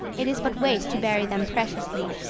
it is but waste to bury them preciously.